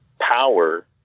power